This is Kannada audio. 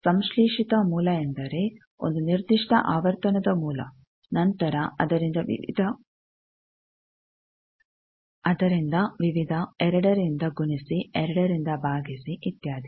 ಸಂಶ್ಲೇಶಿತ ಮೂಲ ಎಂದರೆ ಒಂದು ನಿರ್ದಿಷ್ಟ ಆವರ್ತನದ ಮೂಲ ನಂತರ ಅದರಿಂದ ವಿವಿಧ ಎರಡರಿಂದ ಗುಣಿಸಿ ಎರಡರಿಂದ ಭಾಗಿಸಿ ಇತ್ಯಾದಿ